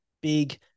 big